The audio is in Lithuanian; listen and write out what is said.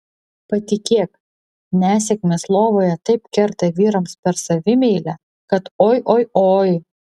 patikėk nesėkmės lovoje taip kerta vyrams per savimeilę kad oi oi oi